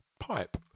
Pipe